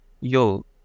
yo